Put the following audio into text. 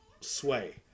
Sway